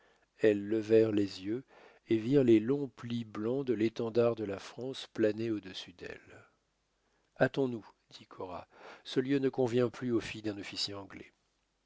elles levèrent les yeux et virent les longs plis blancs de l'étendard de la france planer au-dessus d'elles hâtons-nous dit cora ce lieu ne convient plus aux filles d'un officier anglais